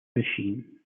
machine